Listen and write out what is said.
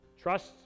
Trust